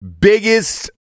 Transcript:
Biggest